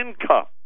income